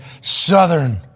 southern